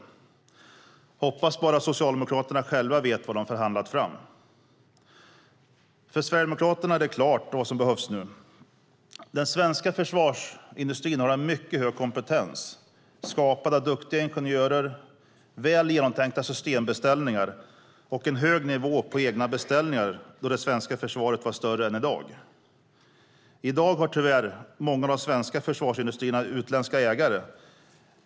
Jag hoppas bara att Socialdemokraterna själva vet vad de har förhandlat fram. För Sverigedemokraterna är det klart vad som behövs nu. Den svenska försvarsindustrin har en mycket hög kompetens, skapad av duktiga ingenjörer, väl genomtänkta systembeställningar och en hög nivå på egna beställningar när det svenska försvaret var större än i dag. I dag har tyvärr många av de svenska försvarsindustrierna utländska ägare.